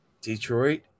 Detroit